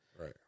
Right